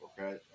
Okay